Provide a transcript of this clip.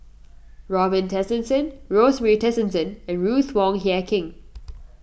Robin Tessensohn Rosemary Tessensohn and Ruth Wong Hie King